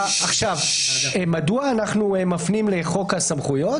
מדוע אנחנו מפנים לחוק הסמכויות?